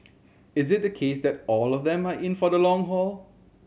is it the case that all of them are in for the long haul